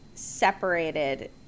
separated